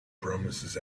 promises